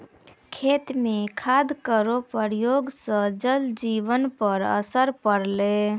खेत म खाद केरो प्रयोग सँ जल जीवन पर असर पड़लै